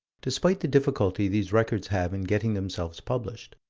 despite the difficulty these records have in getting themselves published,